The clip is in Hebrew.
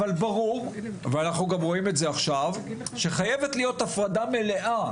אבל ברור ואנחנו גם רואים את זה עכשיו שחייבת להיות הפרדה מלאה,